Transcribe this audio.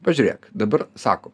pažiūrėk dabar sakom